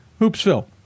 Hoopsville